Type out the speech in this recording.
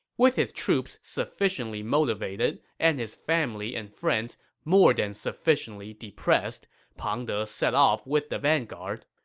with his troops sufficiently motivated and his family and friends more than sufficiently depressed, pang de set off with the vanguard.